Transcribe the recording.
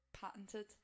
patented